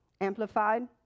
Amplified